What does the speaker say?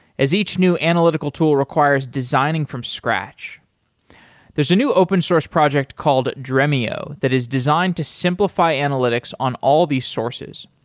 as each new analytical tool requires designing from scratch there's a new open source project called dremio that is designed to simplify analytics on all these sources.